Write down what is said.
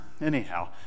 Anyhow